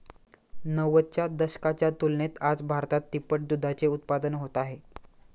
नव्वदच्या दशकाच्या तुलनेत आज भारतात तिप्पट दुधाचे उत्पादन होत आहे